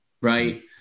right